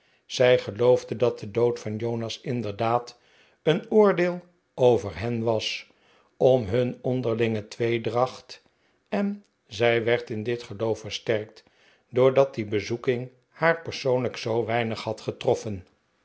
zij geloofde dat de dood van jonas inderdaad een oordeel over hen was om hun onderlinge tweedracht en zij werd in dit geloof versterkt doordat die bezoeking haar persoonlijk zoo weinig had getroffen